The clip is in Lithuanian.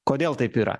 kodėl taip yra